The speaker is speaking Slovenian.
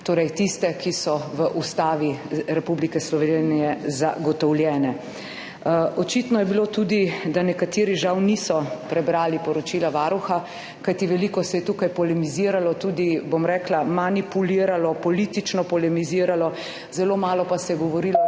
torej tiste, ki so v Ustavi Republike Slovenije zagotovljene. Očitno je bilo tudi, da nekateri žal niso prebrali poročila Varuha, kajti veliko se je tukaj polemiziralo, tudi, bom rekla, manipuliralo, politično polemiziralo, zelo malo pa se je govorilo res o tistih,